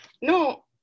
No